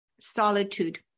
solitude